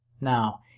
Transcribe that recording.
Now